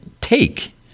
take